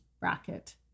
bracket